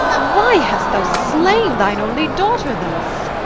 why hast thou slain thine only daughter thus?